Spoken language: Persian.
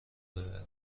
ببری